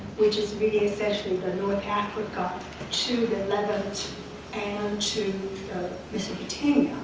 which is really essentially the north africa to the levant and to mesopotamia.